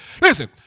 Listen